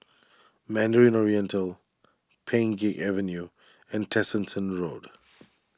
Mandarin Oriental Pheng Geck Avenue and Tessensohn Road